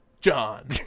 John